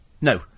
No